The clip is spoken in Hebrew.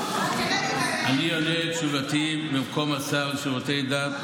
אני עונה את תשובתי במקום השר לשירותי דת,